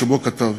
שבו כתב: